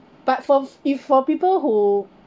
but for if for people who